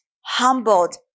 Humbled